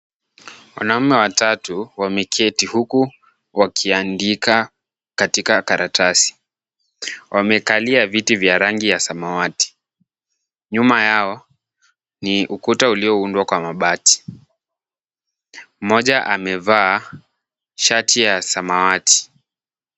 Wanaume watatu wameketi huku wakiandika katika karatasi. Wamekalia viti vya rangi ya samawati. Nyuma yao ni ukuta ulioundwa kwa mabati. Mmoja amevaa shati ya samawati.